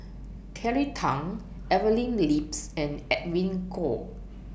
Kelly Tang Evelyn Lips and Edwin Koek